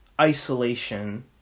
isolation